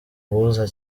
ubuza